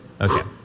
Okay